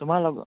তোমাৰ লগৰ অঁ